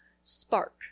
spark